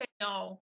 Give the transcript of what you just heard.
no